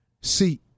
See